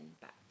back